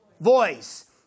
voice